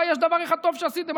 אולי יש דבר אחד טוב שעשיתם,